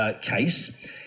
case